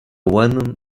venom